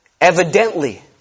evidently